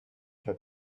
had